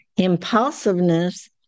impulsiveness